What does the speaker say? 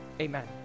Amen